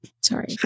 Sorry